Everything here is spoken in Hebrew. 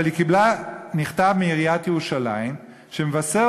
אבל היא קיבלה מכתב מעיריית ירושלים שמבשר